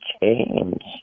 change